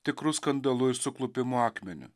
tikru skandalu ir suklupimo akmeniu